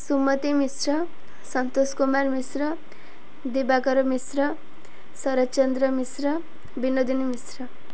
Sumati Mishra Santosh Kumar Mishra Dibakar Mishra Sarojchandra Mishra Banodini Mishra